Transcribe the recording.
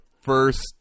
first